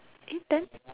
eh then